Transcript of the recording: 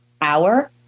hour